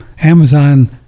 amazon